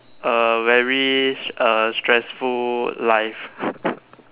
a very a stressful life